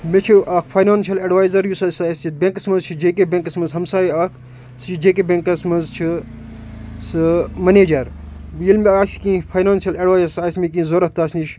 مےٚ چھِ اَکھ فاینانشَل اٮ۪ڈوایزَر یُس ہسا اَسہِ بٮ۪نٛکَس منٛز چھِ جے کے ٮ۪نٛکَس منٛز ہمسایہِ اَکھ سُہ چھِ جے کے بٮ۪نٛکَس منٛز چھِ سُہ منیجَر ییٚلہِ مےٚ آسہِ کیٚنہہ فاینانشَل اٮ۪ڈوایِس آسہِ مےٚ کیٚنہہ ضوٚرتھ تَس نِش